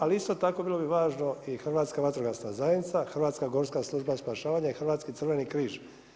A isto tako bilo bi važno i Hrvatska vatrogasna zajednica, Hrvatska gorska služba spašavanja i Hrvatski crveni križ.